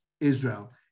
Israel